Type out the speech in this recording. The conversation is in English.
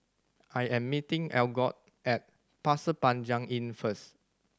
I am meeting Algot at Pasir Panjang Inn first